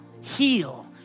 Heal